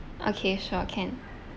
okay sure can